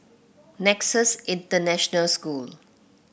Nexus International School